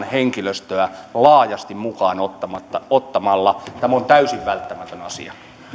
henkilöstöä laajasti mukaan ottamalla tämä on täysin välttämätön asia